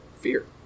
fear